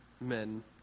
men